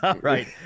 Right